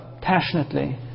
passionately